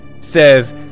says